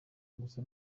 gusa